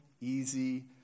easy